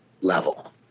level